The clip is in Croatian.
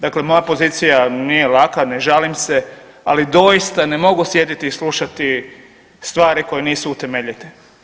Dakle moja pozicija nije laka, ne žalim se, ali doista ne mogu sjediti i slušati stvari koje nisu utemeljite.